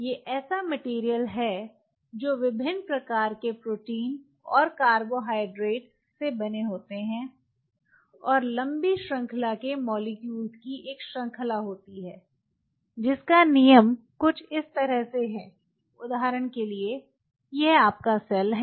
ये ऐसा मटेरियल है जो विभिन्न प्रकार के प्रोटीन और कार्बोहाइड्रेट से बने होते हैं और लंबी श्रृंखला के मोलेक्युल्स की एक श्रृंखला होती है जिसका नियम कुछ इस तरह है उदाहरण के लिए यह आपका सेल है